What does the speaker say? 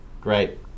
Great